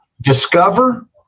discover